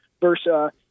versa